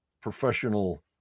professional